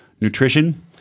nutrition